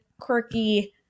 quirky